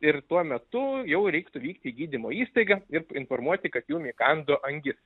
ir tuo metu jau reiktų vykti į gydymo įstaigą ir informuoti kad jum įkando angis